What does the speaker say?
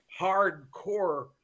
hardcore